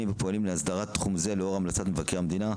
לפעול ופועלים להסדרת תחום זה לאור המלצת מבקר המדינה,